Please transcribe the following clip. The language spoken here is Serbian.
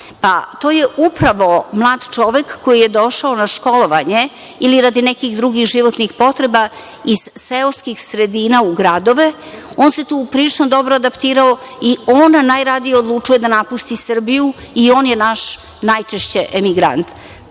Pa, to je upravo mlad čovek koji je došao na školovanje ili radi nekih drugih životnih potreba iz seoskih sredina u gradove, on se tu prilično dobro adaptirao i on najradije odlučuje da napusti Srbiju i on je naš najčešće emigrant. Prosečan